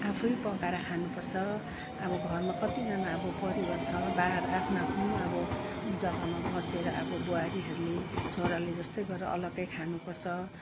आफै पकाएर खानुपर्छ अब घरमा कतिजना अब परिवार छ बार आफ्नो आफ्नो अब जग्गामा बसेर अब बुहारीहरूले छोराले जस्तै गरेर अलग्गै खानुपर्छ